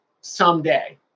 someday